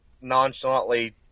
nonchalantly